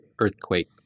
earthquake